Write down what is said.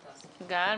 גל?